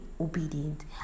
obedient